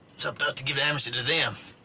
it's up to us to give amnesty to them.